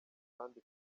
abandi